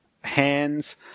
hands